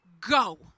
go